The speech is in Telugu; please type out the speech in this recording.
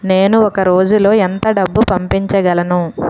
నేను ఒక రోజులో ఎంత డబ్బు పంపించగలను?